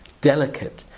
delicate